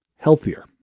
healthier